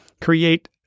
create